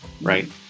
right